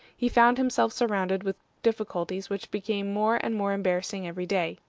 he found himself surrounded with difficulties which became more and more embarrassing every day.